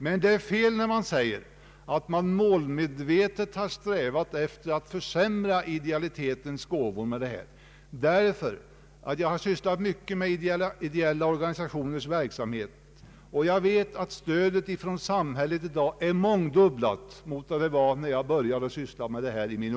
Men det är fel att säga att man målmedvetet har strävat efter att försämra idealiteten genom det förslag som här framlagts. Jag har nämligen sysslat mycket med ideella organisationers verksamhet, och jag vet att samhällets stöd i dag är mångdubblat i jämförelse med vad det var när jag i min ungdom sysslade med verksamheten.